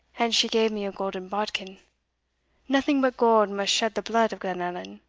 and she gave me a golden bodkin nothing but gold must shed the blood of glenallan.